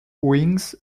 wings